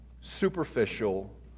superficial